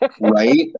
Right